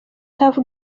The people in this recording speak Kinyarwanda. tuff